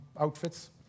outfits